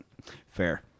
Fair